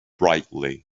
brightly